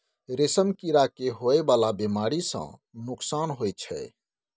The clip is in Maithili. रेशम कीड़ा के होए वाला बेमारी सँ नुकसान होइ छै